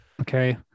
okay